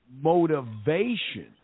motivation